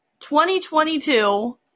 2022